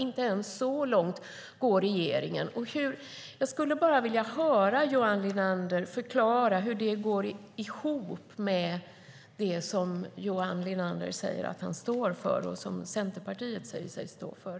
Inte ens så långt går regeringen. Kan Johan Linander förklara hur det går ihop med det han säger att han och Centerpartiet står för?